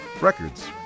records